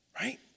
Right